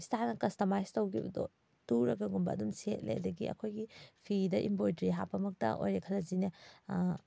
ꯏꯁꯇꯥꯏꯜꯅ customise ꯇꯧꯈꯤꯕꯗꯣ ꯇꯨꯔꯒꯒꯨꯝꯕ ꯑꯗꯨꯝ ꯁꯦꯠꯂꯦ ꯑꯗꯒꯤ ꯑꯩꯈꯣꯏꯒꯤ ꯐꯤꯗ ꯏꯝꯕ꯭ꯔꯣꯏꯗ꯭ꯔꯤ ꯍꯥꯞꯄꯃꯛꯇ ꯑꯣꯏꯔꯦ ꯈꯜꯂꯁꯤꯅꯦ